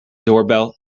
doorbell